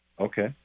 Okay